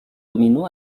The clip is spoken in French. domino